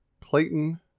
Clayton